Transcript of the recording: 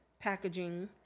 packaging